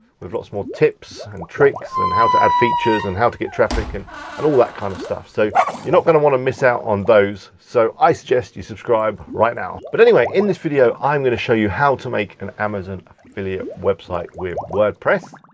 with lots more tips and tricks and how to add features and how to get traffic and and all that kind of stuff. so you're not gonna wanna miss out on those, so i suggest you subscribe right now. but anyway, in this video i'm gonna show you how to make an amazon affiliate website with wordpress.